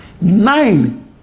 nine